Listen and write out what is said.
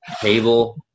table